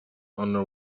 under